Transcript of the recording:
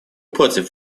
против